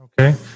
okay